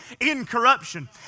incorruption